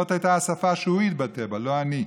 זאת הייתה השפה שהוא התבטא בה, לא אני.